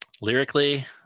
Lyrically